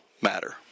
matter